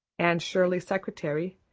anne shirley secretary,